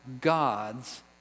God's